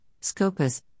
Scopus